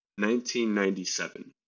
1997